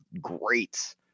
great